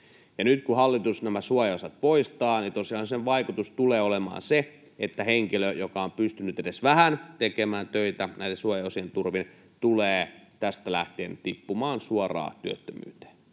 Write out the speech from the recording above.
nyt, kun hallitus nämä suojaosat poistaa, niin tosiaan sen vaikutus tulee olemaan se, että henkilö, joka on pystynyt edes vähän tekemään töitä näiden suojaosien turvin, tulee tästä lähtien tippumaan suoraan työttömyyteen.